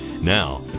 Now